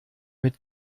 mit